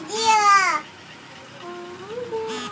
mutual fund मे पाइ नीक जकाँ बुझि केँ लगाएल जेबाक चाही